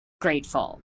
grateful